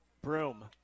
Broom